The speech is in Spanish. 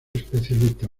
especialista